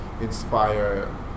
inspire